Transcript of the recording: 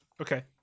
Okay